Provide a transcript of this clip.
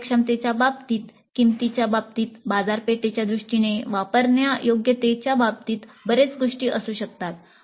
कार्यक्षमतेच्या बाबतीत किंमतीच्या बाबतीत बाजारपेठेच्या दृष्टीने वापरण्यायोग्यतेच्या बाबतीत बरेच गोष्टी असू शकतात